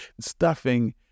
stuffing